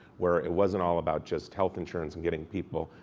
where it wasn't all about just health insurance and getting people,